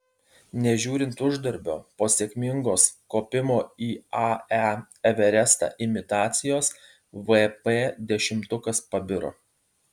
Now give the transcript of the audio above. nežiūrint uždarbio po sėkmingos kopimo į ae everestą imitacijos vp dešimtukas pabiro